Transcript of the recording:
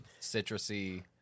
citrusy